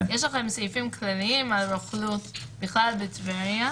יש לכם סעיפים כלליים על רוכלות בכלל בטבריה,